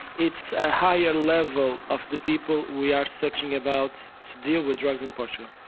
it's a higher level of the people we are searching about to deal with drugs in portugal.